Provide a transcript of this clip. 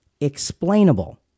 explainable